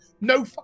no